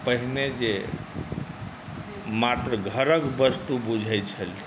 पहिने जे मात्र घरक वस्तु बुझैत छलथिन